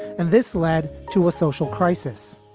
and this led to a social crisis